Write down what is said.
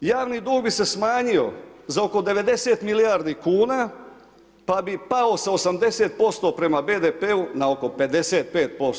Javni dug bi se smanjio za oko 90 milijardi kuna pa bi pao sa 80% prema BDP-u na oko 55%